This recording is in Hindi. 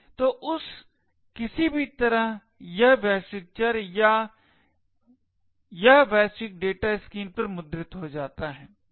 तो उस किसी भी तरह यह वैश्विक चर या यह वैश्विक डेटा स्क्रीन पर मुद्रित हो जाता है